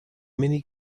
many